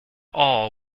all